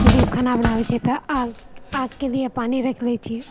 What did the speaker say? चुल्हिपर खाना बनाबै छै तऽ आगिके भी पानी राखि लै छिए